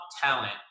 talent